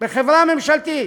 בחברה ממשלתית,